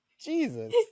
Jesus